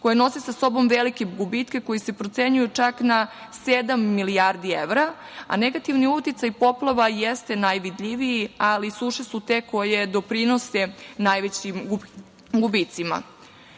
koji nose sa sobom velike gubitke koji se procenjuju čak na sedam milijardi evra. Negativni uticaj poplava jeste najvidljiviji, ali suše su te koje doprinose najvećim gubicima. Izuzetno